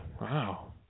Wow